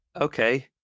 Okay